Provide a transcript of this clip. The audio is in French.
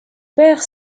père